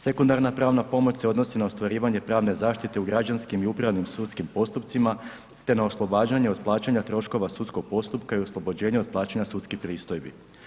Sekundarna pravna pomoć se odnosi na ostvarivanje pravne zaštite u građanskim i upravnim sudskim postupcima te na oslobađanju od plaćanja troškova sudskog postupka i oslobođenje od plaćanja sudskih pristojbi.